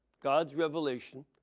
god's revelation,